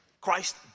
Christ